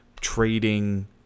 trading